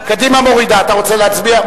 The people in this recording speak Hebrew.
קדימה מורידה, אתה רוצה להצביע?